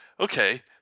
okay